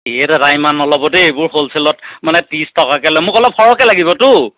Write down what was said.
এই দাদা ইমান নল'ব দেই এইবোৰ হ'লচেলত মানে ত্ৰিছ টকাকৈ লয় মোক অলপ সৰহকৈ লাগিবতো